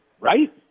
right